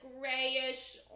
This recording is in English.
grayish